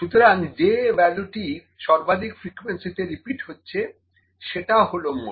সুতরাং যে ভ্যালুটি সর্বাধিক ফ্রিকোয়েন্সিতে রিপিট হচ্ছে সে টা হলো মোড